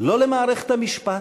לא למערכת המשפט,